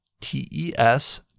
T-E-S